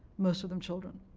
most of them children.